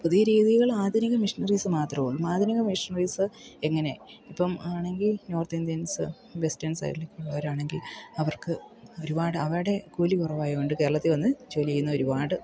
പുതിയ രീതികൾ ആധുനിക മിഷ്നറീസ് മാത്രമേ ഉള്ളൂ ആധുനിക മിഷ്നറീസ് എങ്ങനെ ഇപ്പം ആണെങ്കിൽ നോർത്ത് ഇന്ത്യൻസ് വെസ്റ്റേൺ സൈഡിലൊക്കെ ഉള്ളവരാണെങ്കിൽ അവർക്ക് ഒരുപാട് അവരുടെ കൂലി കുറവായതുകൊണ്ട് കേരളത്തിൽ വന്ന് ജോലി ചെയ്യുന്ന ഒരുപാട്